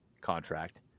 contract